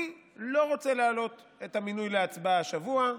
אני לא רוצה להעלות את המינוי להצבעה השבוע.